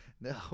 No